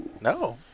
No